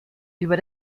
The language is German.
über